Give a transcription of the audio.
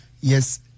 Yes